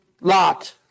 lot